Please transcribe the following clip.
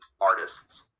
artists